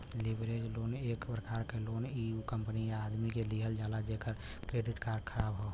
leverage loan एक प्रकार क लोन इ उ कंपनी या आदमी के दिहल जाला जेकर क्रेडिट ख़राब हौ